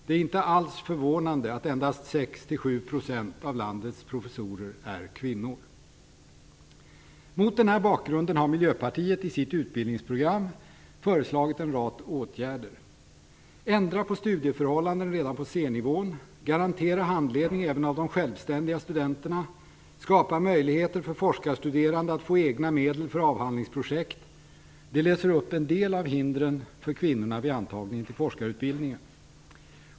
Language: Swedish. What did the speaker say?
Det är inte alls förvånande att endast 6 7 % av landets professorer är kvinnor. Mot denna bakgrund har Miljöpartiet i sitt utbildningsprogram föreslagit en rad åtgärder. Ändra på studieförhållandena redan på C-nivå, garantera handledning även av självständiga studenter och skapa möjligheter för forskarstuderande att få egna medel för avhandlingsprojekt. Detta löser upp en del hinder för kvinnor vid antagningen till forskarutbildningen.